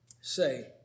say